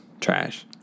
trash